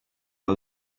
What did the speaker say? our